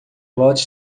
lote